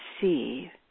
see